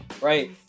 right